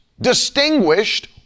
distinguished